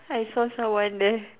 I saw someone there